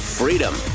freedom